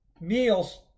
meals